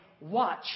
watch